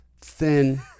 thin